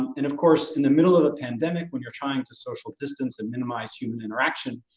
and of course in the middle of a pandemic, when you're trying to social distance and minimize human interaction,